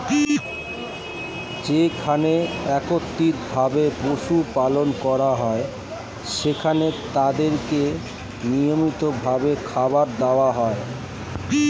যেখানে একত্রিত ভাবে পশু পালন করা হয়, সেখানে তাদেরকে নিয়মিত ভাবে খাবার দেওয়া হয়